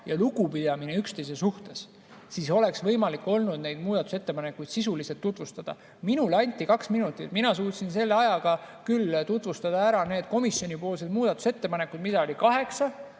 ja lugupidamine üksteise suhtes, siis oleks võimalik olnud neid muudatusettepanekuid sisuliselt tutvustada. Minule anti kaks minutit, mina suutsin selle ajaga küll ära tutvustada komisjonipoolsed muudatusettepanekud, mida oli kaheksa.